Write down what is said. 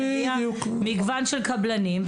שמביאה מגוון של קבלנים,